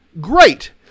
great